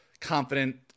confident